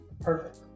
Perfect